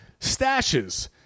stashes